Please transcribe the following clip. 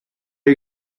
you